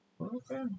Okay